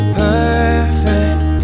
perfect